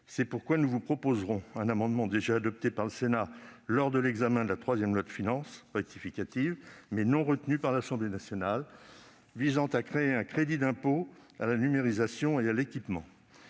aux crédits, nous vous présenterons un amendement, déjà adopté par le Sénat lors de l'examen du troisième projet de loi de finances rectificative, mais rejeté par l'Assemblée nationale, tendant à créer un crédit d'impôt à la numérisation et à l'équipement.